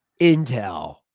Intel